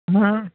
હ